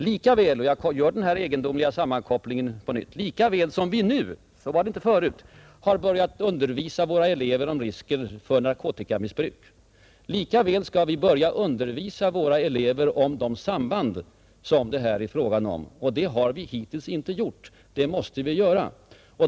Lika väl som vi nu — jag gör den här egendomliga sammankopplingen på nytt — har börjat undervisa våra elever om risken för narkotikamissbruk, lika väl skall vi börja undervisa våra elever om de samband det här är fråga. Det har vi hittills inte gjort, men det måste vi göra.